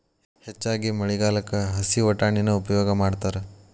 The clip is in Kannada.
ಹೆಚ್ಚಾಗಿ ಮಳಿಗಾಲಕ್ಕ ಹಸೇ ವಟಾಣಿನ ಉಪಯೋಗ ಮಾಡತಾತ